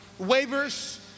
waivers